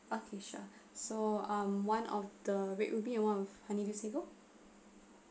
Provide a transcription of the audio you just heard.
okay sure so um one of the red ruby and one of honeydew sago